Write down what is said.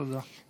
תודה.